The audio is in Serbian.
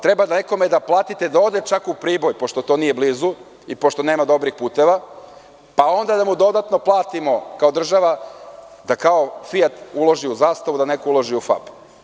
Treba li nekome da platite da ode čak u Priboj, pošto to nije blizu i pošto nema dobrih puteva, pa onda da mu dodatno platimo, kao država, da kao „Fijat“ uloži u „Zastavu“, da neko uloži u FAP?